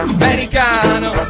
americano